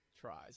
tries